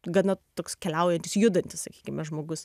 gana toks keliaujantis judantis sakykime žmogus